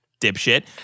Dipshit